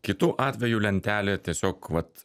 kitu atveju lentelė tiesiog vat